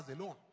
alone